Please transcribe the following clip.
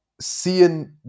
seeing